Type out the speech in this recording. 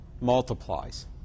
multiplies